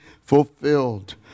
fulfilled